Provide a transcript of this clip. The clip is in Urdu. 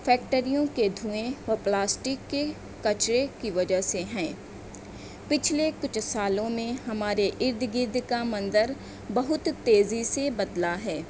فیکٹریوں کے دھوئیں اور پلاسٹک کے کچرے کی وجہ سے ہیں پچھلے کچھ سالوں میں ہمارے ارد گرد کا منظر بہت تیزی سے بدلا ہے